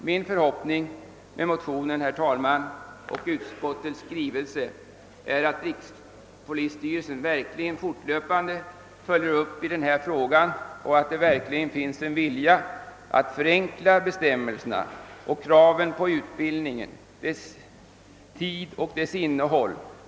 Min förhoppning efter utskottets skrivning angående motionerna är, herr talman, att rikspolisstyrelsen verkligen fortlöpande följer upp denna fråga och att det verkligen finns en vilja att förenkla bestämmelserna och kraven på utbildningen, tiden för utbildningen och dess innehåll.